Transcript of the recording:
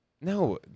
No